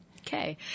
Okay